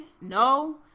no